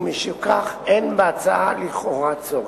ומשכך אין בהצעה לכאורה צורך.